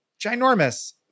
ginormous